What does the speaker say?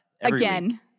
Again